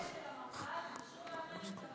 תודה.